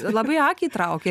labai akį traukia